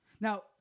Now